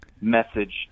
message